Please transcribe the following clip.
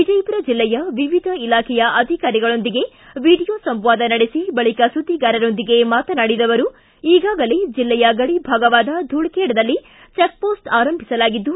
ವಿಜಯಪುರ ಜಿಲ್ಲೆಯ ವಿವಿಧ ಇಲಾಖೆಯ ಅಧಿಕಾರಿಗಳೊಂದಿಗೆ ವಿಡಿಯೋ ಸಂವಾದ ನಡೆಸಿ ಬಳಿಕ ಸುದ್ದಿಗಾರರೊಂದಿಗೆ ಮಾತನಾಡಿದ ಅವರು ಈಗಾಗಲೇ ಜಿಲ್ಲೆಯ ಗಡಿಭಾಗವಾದ ಧೂಳಖೇಡದಲ್ಲಿ ಚೆಕ್ಪೋಸ್ಟ್ ಆರಂಭಿಸಲಾಗಿದ್ದು